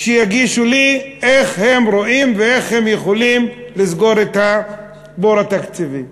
שיגישו לי איך הם רואים ואיך הם יכולים לסגור את הבור התקציבי.